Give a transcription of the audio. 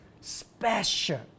special